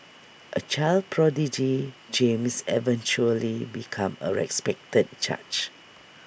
A child prodigy James eventually became A respected judge